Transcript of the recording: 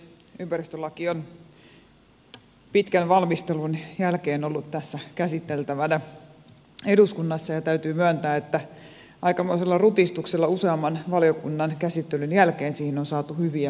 ympäristölaki on pitkän valmistelun jälkeen ollut käsiteltävänä eduskunnassa ja täytyy myöntää että aikamoisella rutistuksella useamman valiokunnan käsittelyn jälkeen siihen on saatu hyviä muutoksia